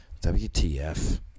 WTF